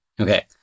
Okay